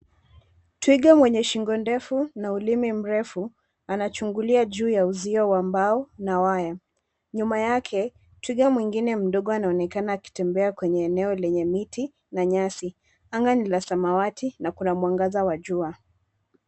Twiga mwenye shingo ndefu na ulimi mrefu anachungulia juu ya uzio wa mbao na waya. Nyuma yake twiga mwingine mdogo anaonekana akitembea kwenye eneo lenye miti na nyasi. Anga ni la samawati na kuna mwangaza wa jua.